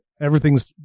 everything's